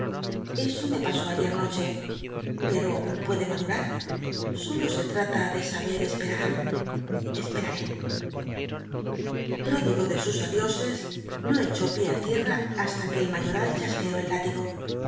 eso me pasó ayer noche pero aun puede madurar solo se lral a de saber esperar esperaré pród igo de sus adiosc no echó pié á tierra has la c ue el mayoral chasqueó el l